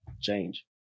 change